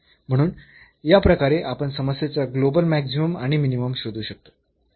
म्हणून याप्रकारे आपण समस्येचा ग्लोबल मॅक्सिमम आणि मिनिमम शोधू शकतो